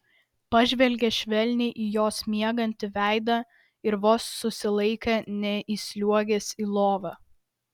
pažvelgė švelniai į jos miegantį veidą ir vos susilaikė neįsliuogęs į lovą